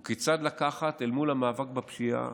הוא כיצד לקחת אל מול המאבק בפשיעה